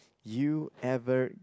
you ever